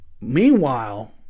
Meanwhile